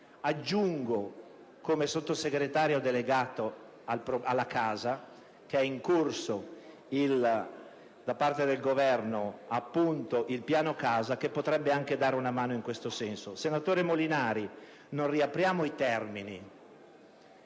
Aggiungo, come Sottosegretario delegato alla casa, che è in corso da parte del Governo l'approntamento del piano casa, che potrebbe anche dare una mano in questo senso. Senatore Molinari, non riapriamo i termini.